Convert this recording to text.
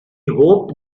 hoped